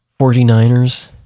49ers